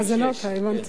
הבנתי.